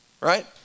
right